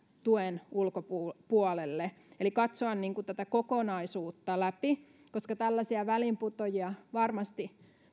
tuen ulkopuolelle eli katsoa tätä kokonaisuutta läpi koska tällaisia väliinputoajia varmasti